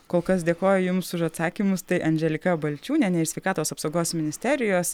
kol kas dėkoju jums už atsakymus tai andželika balčiūnienė iš sveikatos apsaugos ministerijos